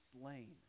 slain